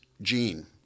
gene